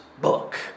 book